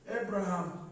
Abraham